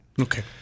Okay